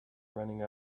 running